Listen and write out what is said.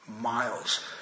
miles